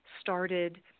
started